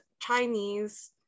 Chinese